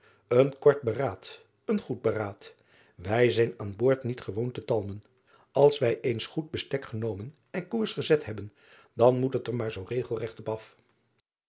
en kort beraad een goed beraad ij zijn aan boord niet gewoon te talmen ls wij eens goed bestek genomen en koers gezet hebben dan moet het er maar zoo regelregt op af